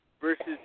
versus